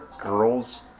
girls